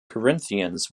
corinthians